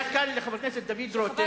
היה קל לחבר הכנסת דוד רותם,